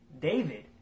David